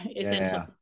essentially